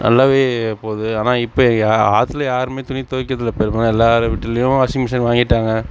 நல்லாவே போகுது ஆனால் இப்போ இங்கே யா ஆற்றில் யாருமே துணி துவைக்கிறதில்ல பெரும்பாலும் எல்லார் வீட்டுலேயும் வாஷிங் மிஷின் வாங்கிவிட்டாங்க